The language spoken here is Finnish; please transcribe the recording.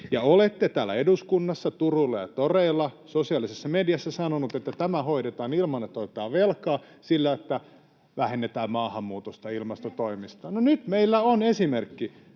olette täällä eduskunnassa, turuilla ja toreilla, sosiaalisessa mediassa sanonut, että tämä hoidetaan ilman, että otetaan velkaa, sillä, että vähennetään maahanmuutosta, ilmastotoimista. [Arja Juvonen: Esimerkiksi!]